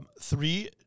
three